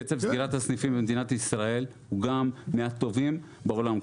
שקצב סגירת הסניפים במדינת ישראל הוא גם מהטובים בעולם,